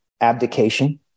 abdication